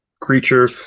creature